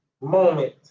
moment